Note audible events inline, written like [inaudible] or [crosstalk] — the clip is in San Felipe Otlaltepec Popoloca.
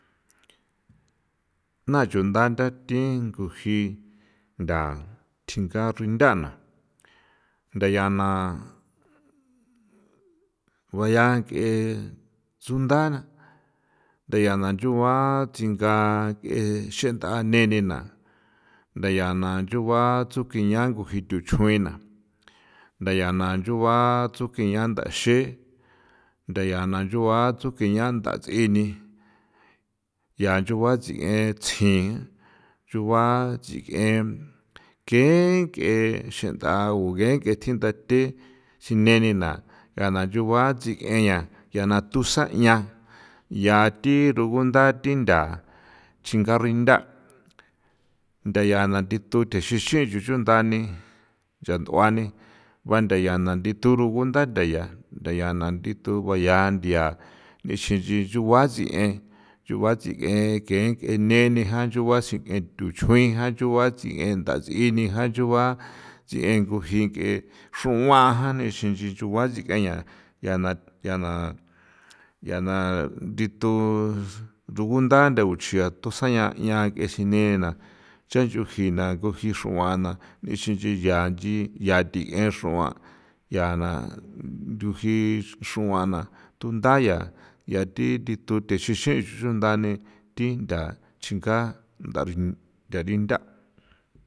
Na chunda ndathi nguji nda tinga ruindana ntha ya na [noise] rua ya nk'e tsundana ndaya na chugua tsinga ng'e xent'a nene na nda ya na nchugua tsukin ña nguji tuchjuina, ndaya na nchugua tsukin ña ndaxe, ndaya na nchugua tsukin ña ndats'ini, ya nchugua tsi'ye tsjini nchugua tsi'ye ken nk'e xent'a guye nk'e tjindathe sine ni na a na nchugua tsi'ye ña ya na thusan' 'ian yathi rugunda thi ntha nchi garintha' ntha yaa thi thu thexuixuin suchundani ncha nt'uani banda ya na ndithu rugunda ntha ya na ndithu ngo'a ya ntia nixin nchin chugua ntsien ke nk'e nene jan chugua sink'e thuchuin jan nchugua tsji ke jen ni jan nchugua tsji ko ji ke xruan jane ki ixin nchugua ya na ya na thithu ruguntha nthakuchi thusan' ña ke sineni na ji xrua na ixin ninchjan yaa ji yaa the xruan yana nduji xruan na tunda ya, ya thi thithu texuixuin' xundani thintha chinga ntha nda rintha'.